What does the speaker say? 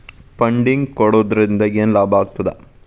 Funding ಕೊಡೊದ್ರಿಂದಾ ಏನ್ ಲಾಭಾಗ್ತದ?